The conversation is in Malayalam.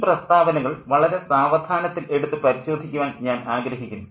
ഈ പ്രസ്താവനകൾ വളരെ സാവധാനത്തിൽ എടുത്തു പരിശോധിക്കാൻ ഞാൻ ആഗ്രഹിക്കുന്നു